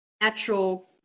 natural